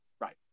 Right